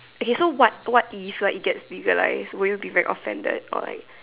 okay so what what is like it gets legalise will you be very offended or like